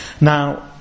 Now